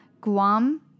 Guam